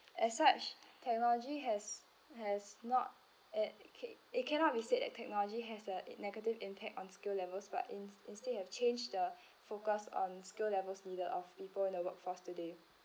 as such technology has has not at it it cannot be said that technology has a negative impact on skill levels but ins~ instead of change the focus on skill levels needed of people in the workforce today